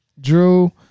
Drew